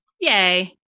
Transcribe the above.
Yay